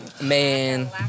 Man